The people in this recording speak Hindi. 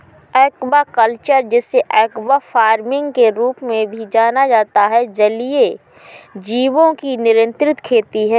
एक्वाकल्चर, जिसे एक्वा फार्मिंग के रूप में भी जाना जाता है, जलीय जीवों की नियंत्रित खेती है